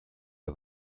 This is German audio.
ihr